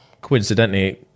coincidentally